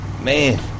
Man